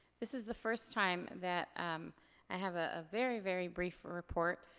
this is the first time that i have a very, very brief report.